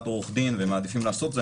עורכי דין והם מעדיפים לעשות את זה.